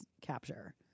capture